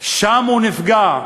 הוא נפגע,